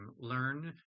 learn